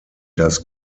das